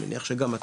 אני מניח שגם אתה,